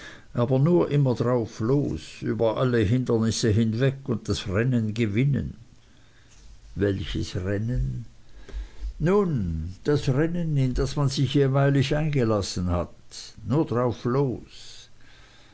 aber nur immer drauf los über alle hindernisse hinweg und das rennen gewinnen welches rennen nun das rennen in das man sich jeweilig eingelassen hat nur drauf los